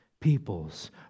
peoples